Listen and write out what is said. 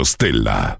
Stella